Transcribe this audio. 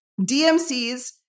DMCs